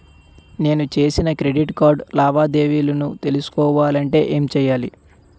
నేను చేసిన credit card లావాదేవీలను తెలుసుకోవాలంటే ఏం చేయాలి?